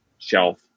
shelf